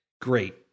Great